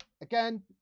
again